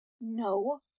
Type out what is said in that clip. No